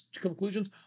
conclusions